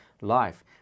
life